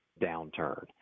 downturn